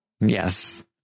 Yes